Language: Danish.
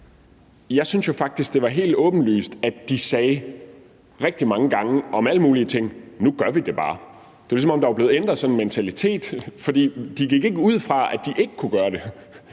jeg synes jo faktisk, det var helt åbenlyst, at de sagde rigtig mange gange om alle mulige ting: Nu gør vi det bare. Det var, som om der var blevet ændret en mentalitet, for de gik ikke ud fra, at de ikke kunne gøre det;